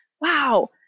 wow